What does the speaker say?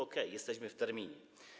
Okej, jesteśmy w terminie.